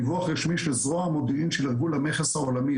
דיווח רשמי של זרוע המודיעין של ארגון המכס העולמי,